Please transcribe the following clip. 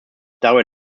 darüber